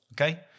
Okay